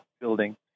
building